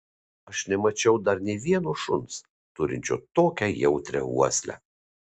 aš nemačiau dar nė vieno šuns turinčio tokią jautrią uoslę